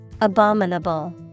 Abominable